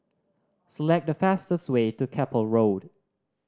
select the fastest way to Keppel Road